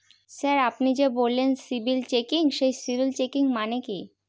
Sir আপনি যে বললেন সিবিল চেকিং সেই সিবিল চেকিং মানে কি?